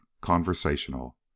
conversational